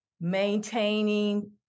maintaining